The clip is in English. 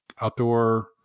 outdoor